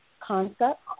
concept